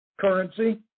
currency